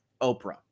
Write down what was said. Oprah